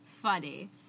funny